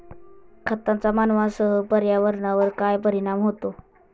खतांचा मानवांसह पर्यावरणावर काय परिणाम होतो?